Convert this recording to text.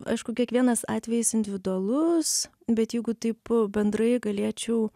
aišku kiekvienas atvejis individualus bet jeigu taip bendrai galėčiau